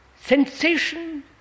sensation